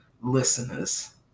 listeners